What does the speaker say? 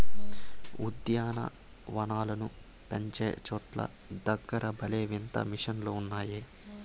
ఉద్యాన వనాలను పెంచేటోల్ల దగ్గర భలే వింత మిషన్లు ఉన్నాయే